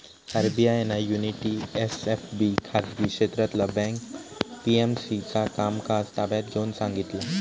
RBI ना Unity SFB खाजगी क्षेत्रातला बँक पी.एम.सी चा कामकाज ताब्यात घेऊन सांगितला